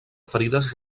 ferides